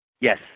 Yes